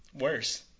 Worse